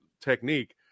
technique